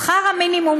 שכר המינימום,